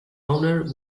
owner